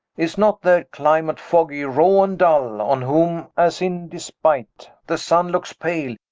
is not their clymate foggy, raw, and dull? on whom, as in despight, the sunne lookes pale,